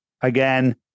again